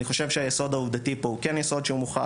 אני חושב שהיסוד העובדתי פה הוא כן יסוד שהוא מוכח.